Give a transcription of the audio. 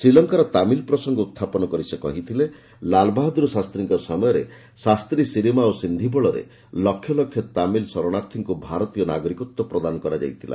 ଶ୍ରୀଲଙ୍କାର ତାମିଲ୍ ପ୍ରସଙ୍ଗ ଉତ୍ଥାପନ କରି ସେ କହିଥିଲେ ଲାଲ୍ବାହାଦୂର ଶାସ୍ତୀଙ୍କ ସମୟରେ ଶାସ୍ତ୍ରୀ ଶିରିମାଓ ସନ୍ଧି ବଳରେ ଲକ୍ଷ ଲକ୍ଷ ତାମିଲ୍ ଶରଣାର୍ଥୀଙ୍କୁ ଭାରତୀୟ ନାଗରିକତ୍ୱ ପ୍ରଦାନ କରାଯାଇଥିଲା